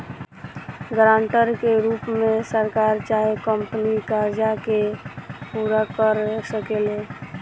guarantor के रूप में सरकार चाहे कंपनी कर्जा के पूरा कर सकेले